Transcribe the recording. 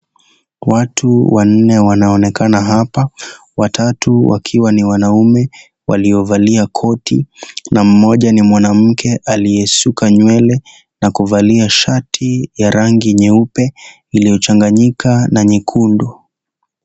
Watu wanne wanaonekana hapa. Watatu, wakiwa ni wanaume waliovalia koti na mmoja ni mwanamke aliyesuka nywele na kuvalia shati ya rangi nyeupe, iliyochanganyika na nyekundu.